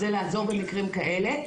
זה לעזור במקרים כאלה,